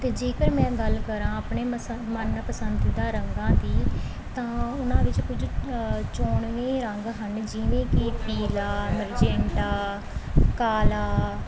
ਅਤੇ ਜੇਕਰ ਮੈਂ ਗੱਲ ਕਰਾਂ ਆਪਣੇ ਮਸ ਆਪਣੇ ਮਨਪਸੰਦੀਦਾ ਰੰਗਾਂ ਦੀ ਤਾਂ ਉਹਨਾਂ ਵਿੱਚ ਕੁਝ ਚੋਣਵੇਂ ਰੰਗ ਹਨ ਜਿਵੇਂ ਕਿ ਪੀਲਾ ਮਰਜੈਂਟਾ ਕਾਲਾ